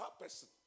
person